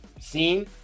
seen